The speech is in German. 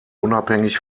unabhängig